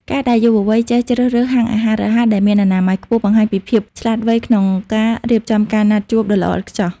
ការដែលយុវវ័យចេះជ្រើសរើសហាងអាហាររហ័សដែលមានអនាម័យខ្ពស់ បង្ហាញពីភាពឆ្លាតវៃក្នុងការរៀបចំការណាត់ជួបដ៏ល្អឥតខ្ចោះ។